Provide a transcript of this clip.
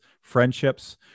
friendships